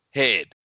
head